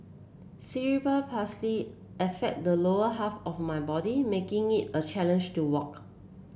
cerebral affect the lower half of my body making it a challenge to walk